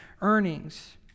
earnings